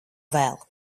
vēl